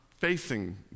facing